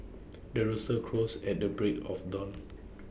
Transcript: the rooster crows at the break of dawn